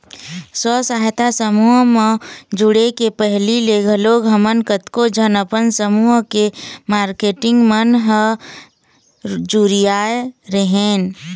स्व सहायता समूह म जुड़े के पहिली ले घलोक हमन कतको झन अपन समूह के मारकेटिंग मन ह जुरियाय रेहेंन